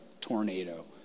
tornado